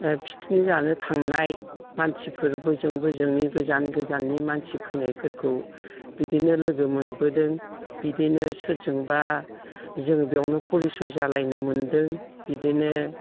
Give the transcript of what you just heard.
picnic जानो थांनाय मानसिफोरबो जों बोजोंनि गोजान गोजाननि मानसि फैनायफोरखौ बिदिनो लोगो मोनबोदों बिदिनो सोरजोंबा जों बेयावनो परिसय जालायनो मोनदों बिदिनो